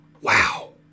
wow